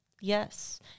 yes